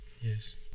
Yes